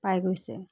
পাই গৈছে